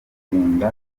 kugenda